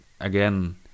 again